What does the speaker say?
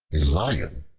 a lion,